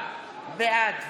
בעד